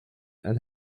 and